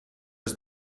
has